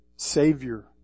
Savior